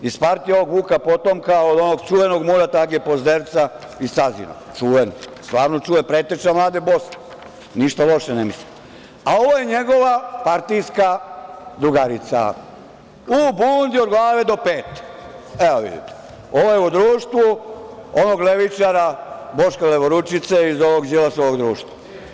Iz partije ovog Vuka potomka, od onog čuvenog Muje Tage Pozerca iz Cazina, čuven, stvarno čuven, preteča Mlade Bosne, ništa loše ne mislim, a ovo je njegova partijska drugarica u budni od glave do pete, evo vidite, ona je u društvu onog levičara Boška levoručice iz ovog Đilasovog društva.